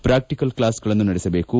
practical ಕ್ಲಾಸ್ಗಳನ್ನು ನಡೆಸಬೇಕು